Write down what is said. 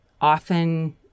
often